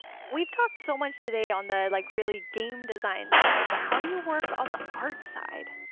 we've talked so much today on the like really game design side. but how do you work on the art side?